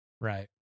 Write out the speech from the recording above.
Right